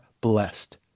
blessed